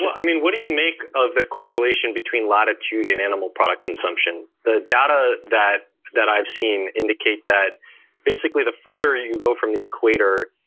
i mean, what do you make of the correlation between latitude and animal product consumption? the data that that i've seen indicate that basically the further you go from the equator,